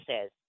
says